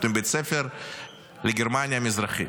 מבית הספר לגרמניה המזרחית.